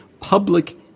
public